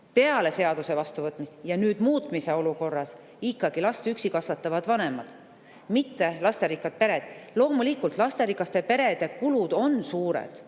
peale seaduse vastuvõtmist ja on nüüd muutmise olukorras ikkagi last üksi kasvatavad vanemad, mitte lasterikkad pered. Loomulikult, lasterikaste perede kulud on suured.